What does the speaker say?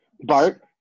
bart